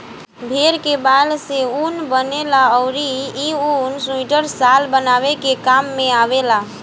भेड़ के बाल से ऊन बनेला अउरी इ ऊन सुइटर, शाल बनावे के काम में आवेला